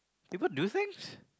people do things